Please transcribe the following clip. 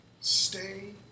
stay